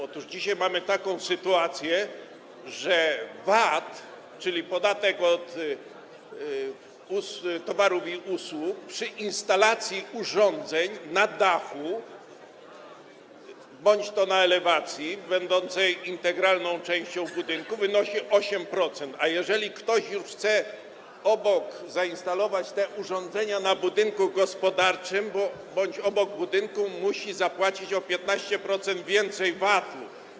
Otóż dzisiaj mamy taką sytuację, że VAT, czyli podatek od towarów i usług, przy instalacji urządzeń na dachu bądź na elewacji będącej integralną częścią budynku wynosi 8%, a jeżeli ktoś już chce obok zainstalować te urządzenia na budynku gospodarczym bądź obok budynku, musi zapłacić o 15% więcej VAT-u.